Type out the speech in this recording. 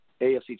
AFC